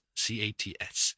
c-a-t-s